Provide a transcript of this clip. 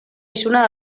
isunak